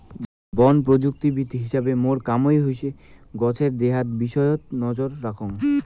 বন প্রযুক্তিবিদ হিছাবে মোর কামাই হসে গছের দেহার বিষয়ত নজর রাখাং